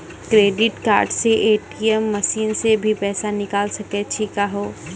Credit card से ATM machine से भी पैसा निकल सकै छि का हो?